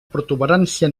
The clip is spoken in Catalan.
protuberància